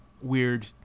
weird